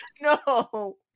No